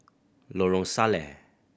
Lorong Salleh